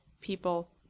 people